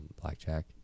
blackjack